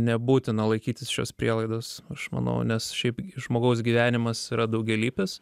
nebūtina laikytis šios prielaidos aš manau nes šiaip žmogaus gyvenimas yra daugialypis